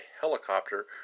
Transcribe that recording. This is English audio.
helicopter